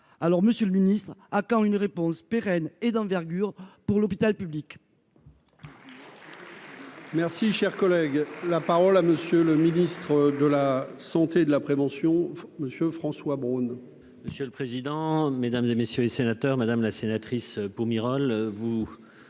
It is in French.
alors Monsieur le Ministre, à quand une réponse pérenne et d'envergure pour l'hôpital public. Merci, cher collègue, la parole à monsieur le ministre de la. Santé de la prévention Monsieur François Braun. Monsieur le président, Mesdames et messieurs les sénateurs, madame la sénatrice Miral,